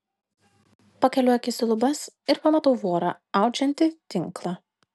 pakeliu akis į lubas ir pamatau vorą audžiantį tinklą